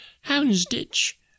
Houndsditch